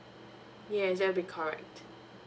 yes that will be correct